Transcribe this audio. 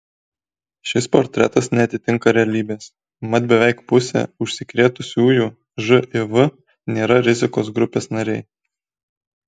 šis portretas neatitinka realybės mat beveik pusė užsikrėtusiųjų živ nėra rizikos grupės nariai